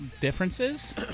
differences